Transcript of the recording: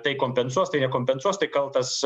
tai kompensuos tai nekompensuos tai kaltas